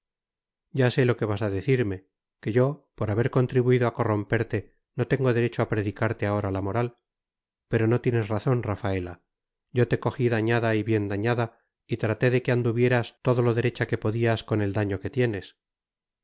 ya sé lo que vas a decirme que yo por haber contribuido a corromperte no tengo derecho a predicarte ahora la moral pero no tienes razón rafaela yo te cogí dañada y bien dañada y traté de que anduvieras todo lo derecha que podías con el daño que tienes